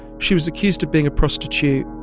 she was accused of being a prostitute,